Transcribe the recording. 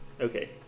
okay